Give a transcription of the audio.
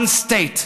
one state,